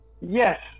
Yes